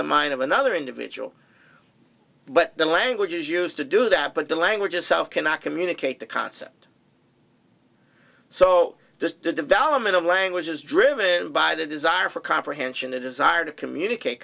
the mind of another individual but the language is used to do that but the language itself cannot communicate the concept so just the development of language is driven by the desire for comprehension a desire to communicate